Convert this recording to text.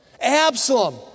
Absalom